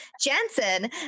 Jensen